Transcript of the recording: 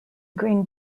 grain